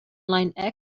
line